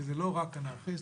שזה לא רק אנרכיסטים.